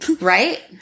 right